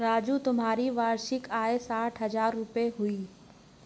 राजू तुम्हारी वार्षिक आय साठ हज़ार रूपय हुई